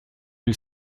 ils